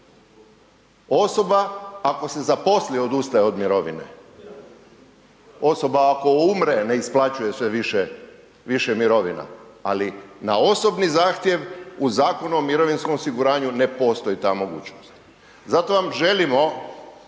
Osoba ako se zaposli odustaje od mirovine, osoba ako umre ne isplaćuje joj se više mirovina, ali na osobni zahtjev u Zakonu o mirovinskom osiguranju ne postoji ta mogućnost. Zato vam želimo